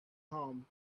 home